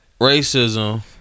Racism